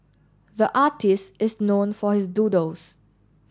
the artist is known for his doodles